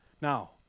now